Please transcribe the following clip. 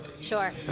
Sure